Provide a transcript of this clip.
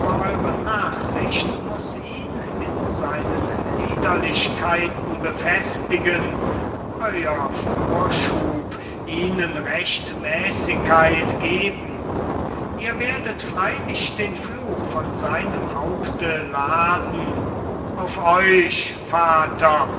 eure nachsicht muß ihn in seinen liederlichkeiten bevestigen euer vorschub ihnen rechtmäßigkeit geben ihr werdet freilich den fluch von seinem haupte laden auf euch vater